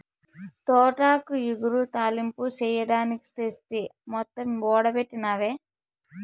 తోటాకు ఇగురు, తాలింపు చెయ్యడానికి తెస్తి మొత్తం ఓడబెట్టినవే